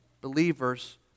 believers